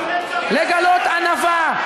לגלות ענווה,